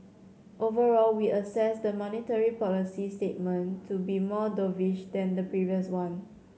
overall we assess the monetary policy statement to be more dovish than the previous one